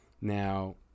now